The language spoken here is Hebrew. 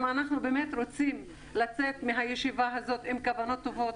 אם אנחנו באמת רוצים לצאת מהישיבה הזאת עם כוונות טובות,